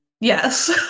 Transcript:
Yes